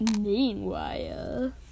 Meanwhile